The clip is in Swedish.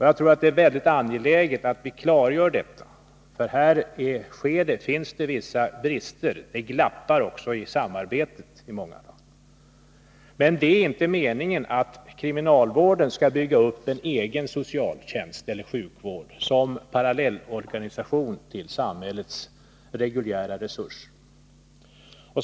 Jag tror att det är mycket angeläget att vi klargör detta, för här finns det vissa brister. Det glappar också i samarbetet i många fall. Det är inte meningen att kriminalvården skall bygga upp en egen socialtjänst eller sjukvård som parallellorganisation till samhällets reguljära resurser.